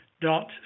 dot